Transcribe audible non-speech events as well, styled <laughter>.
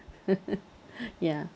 <laughs> ya